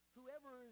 Whoever